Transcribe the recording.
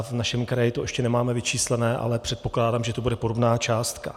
V našem kraji to ještě nemáme vyčíslené, ale předpokládám, že to bude podobná částka.